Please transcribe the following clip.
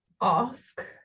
ask